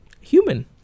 Human